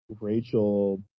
Rachel